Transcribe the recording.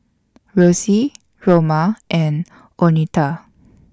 Rosy Roma and Oneta